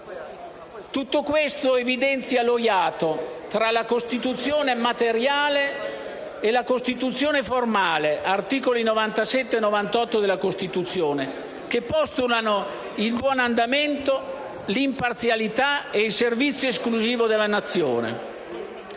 Tutto questo evidenzia lo iato tra la Costituzione materiale e la Costituzione formale, articoli 97 e 98 della Costituzione, che postulano il buon andamento, l'imparzialità e il servizio esclusivo della Nazione.